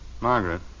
Margaret